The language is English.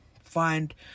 find